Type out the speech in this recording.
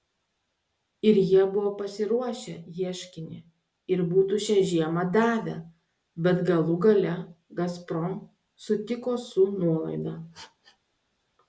ir jie buvo pasiruošę ieškinį ir būtų šią žiemą davę bet galų gale gazprom sutiko su nuolaida